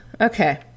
Okay